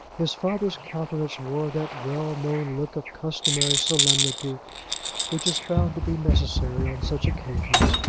his father's countenance wore that well-known look of customary solemnity which is found to be necessary on such occasions,